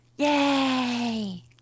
Yay